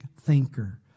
thinker